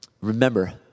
Remember